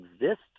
exist